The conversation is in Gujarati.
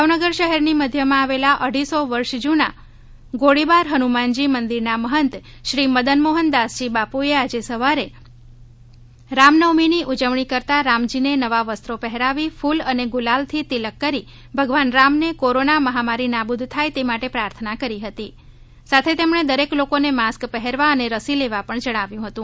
ભાવનગર શહેરની મધ્યમાં આવેલા અઢીસો વર્ષ જૂના ગોળીબાર હનુમાનજી મંદિરના મહંત શ્રી મદનમહોન દાસજી બાપુએ આજે સવારે રામનવમીની ઉજવણી કરતા રામજીને નવા વસ્તોરિ પહેરાવી ફૂલ અને ગુલાલથી તિલક કરી ભગવાન રામને કોરોના મહામારી નાબૂદ થાય તે માટે પ્રાર્થના કરી હતી સાથે તેમણે દરેક લોકોને માસ્ક પહેરવા અને રસી લેવા પણ જણાવ્યુ હતુ